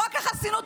חוק החסינות,